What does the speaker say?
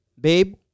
babe